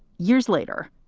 years later,